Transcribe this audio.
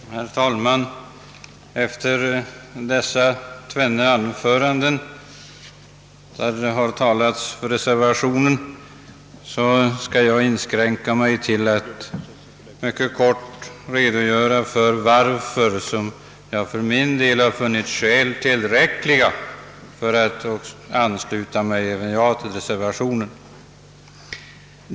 Herr talman! Efter dessa tvenne anföranden till förmån för reservationen skall jag inskränka mig till att mycket kort redogöra för varför jag för min del funnit skälen tillräckliga för att även jag skall ansluta mig till reservationen.